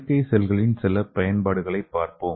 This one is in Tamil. செயற்கை செல்களின் சில பயன்பாடுகளைப் பார்ப்போம்